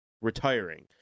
retiring